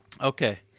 Okay